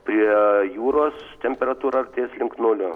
prie jūros temperatūra artės link nulio